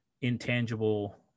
intangible